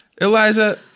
Eliza